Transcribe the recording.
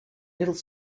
little